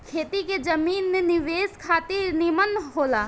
खेती के जमीन निवेश खातिर निमन होला